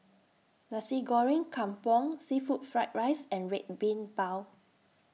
Nasi Goreng Kampung Seafood Fried Rice and Red Bean Bao